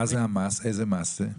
איזה מס זה?